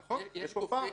נכון, יש פה פער.